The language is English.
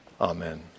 amen